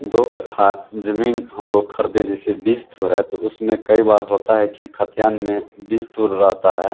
दो कथा ज़मीन हम लोग ख़रीदे जैसे बीस थोर है तो उसमें कई बार होता है कि ख़र्चान में बीस ठो रहता है